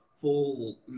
full